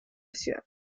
ciudad